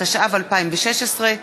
התשע"ו 2016,